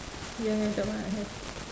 ya ya that one I have